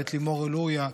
ואת לימור לוריא,